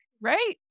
Right